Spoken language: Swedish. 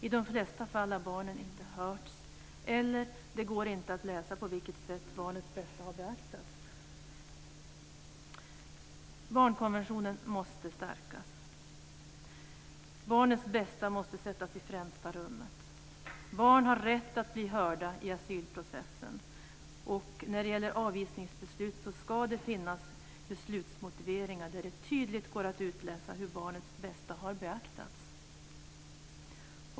I de flesta fall har barnen inte hörts eller så går det inte att läsa ut på vilket sätt barnets bästa har beaktats. Barnkonventionen måste stärkas. Barnets bästa måste sättas i främsta rummet. Barn har rätt att bli hörda i asylprocessen. När det gäller avvisningsbeslut ska det finnas beslutsmotiveringar där det tydligt går att utläsa hur barnets bästa har beaktats.